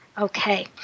Okay